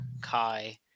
Kai